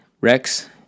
Rex